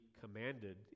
commanded